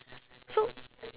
so